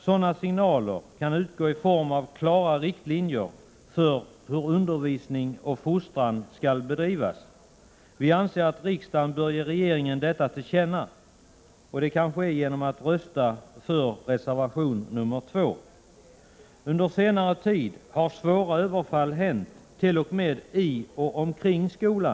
Sådana signaler kan utgå i form av klara riktlinjer för hur undervisning och fostran skall bedrivas. Vi anser att riksdagen bör ge regeringen detta till känna, och det kan ske genom ett bifall till reservation 2. Under senare tid har svåra överfall inträffat, t.o.m. i och omkring skolor.